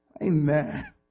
Amen